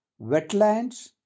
wetlands